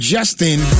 Justin